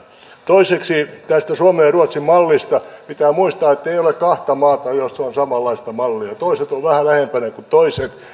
toiseksi tästä suomen ja ruotsin mallista pitää muistaa että ei ole kahta maata jossa on samanlaista mallia toiset ovat vähän lähempänä kuin toiset